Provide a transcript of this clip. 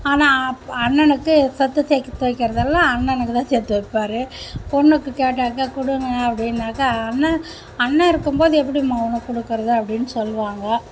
ஆனால் அண்ணனுக்கு சொத்து சேர்த்து வைக்கிறதெல்லாம் அண்ணனுக்குதான் சேர்த்து வைப்பாரு பொண்ணுக்கு கேட்டாக்கா கொடுங்க அப்படின்னாக்கா அண்ணன் அண்ணனிருக்கும்போது எப்படிமா உனக்கு கொடுக்கறது அப்படின்னு சொல்வாங்க